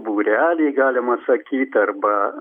būrely galima sakyt arba